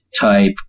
type